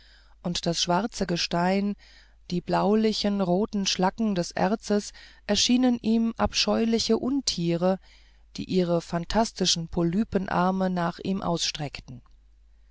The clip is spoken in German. und das schwarze gestein die blaulichen roten schlacken des erzes schienen ihm abscheuliche untiere die ihre häßlichen polypenarme nach ihm ausstreckten